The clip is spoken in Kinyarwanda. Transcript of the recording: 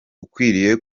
ukwiriye